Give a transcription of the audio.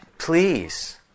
Please